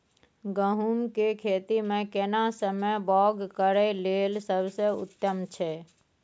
गहूम के खेती मे केना समय बौग करय लेल सबसे उत्तम छै?